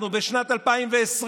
אנחנו בשנת 2020,